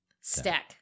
stack